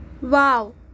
Wow